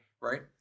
right